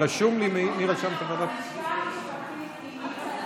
רשום לי, ועדת הפנים.